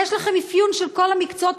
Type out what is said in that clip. יש לכם אפיון של כל המקצועות,